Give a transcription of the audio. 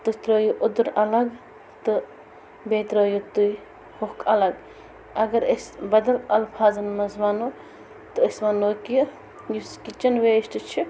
تُہۍ ترٲیِو اوٚدُر الگ تہٕ بیٚیہِ ترٲیِو تُہۍ ہوٚکھ الگ اگر أسۍ بَدل الفاظن منٛز وَنَو تہٕ أسۍ وَنَو کہِ یُس کِچَن ویسٹ چھِ